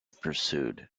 pursued